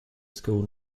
school